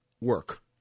work